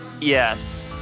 Yes